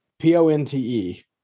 P-O-N-T-E